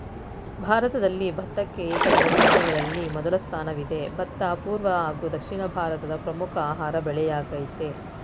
ಭಾರತದಲ್ಲಿ ಭತ್ತಕ್ಕೆ ಏಕದಳ ಧಾನ್ಯಗಳಲ್ಲಿ ಮೊದಲ ಸ್ಥಾನವಿದೆ ಭತ್ತ ಪೂರ್ವ ಹಾಗೂ ದಕ್ಷಿಣ ಭಾರತದ ಪ್ರಮುಖ ಆಹಾರ ಬೆಳೆಯಾಗಯ್ತೆ